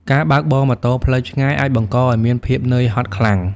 ការបើកបរម៉ូតូផ្លូវឆ្ងាយអាចបង្កឱ្យមាន ភាពនឿយហត់ខ្លាំង។